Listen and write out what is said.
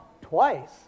twice